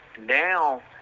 Now